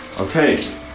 Okay